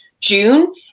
june